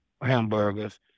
hamburgers